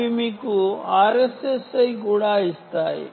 అవి మీకు RSSI కూడా ఇస్తాయి